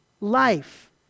life